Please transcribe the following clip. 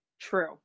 True